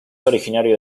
originario